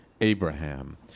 Abraham